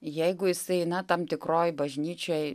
jeigu jisai na tam tikroj bažnyčioj